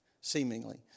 seemingly